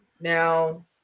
Now